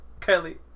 Kylie